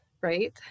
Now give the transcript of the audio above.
right